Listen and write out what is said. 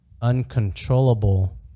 uncontrollable